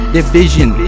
Division